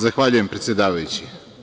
Zahvaljujem predsedavajući.